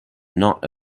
not